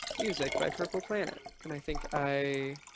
music by purple planet. and i think i